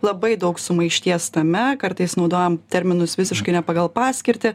labai daug sumaišties tame kartais naudojam terminus visiškai ne pagal paskirtį